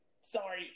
sorry